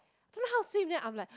don't know how to swim then I'm like